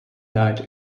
died